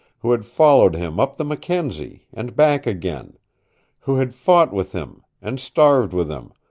who had followed him up the mackenzie, and back again who had fought with him, and starved with him,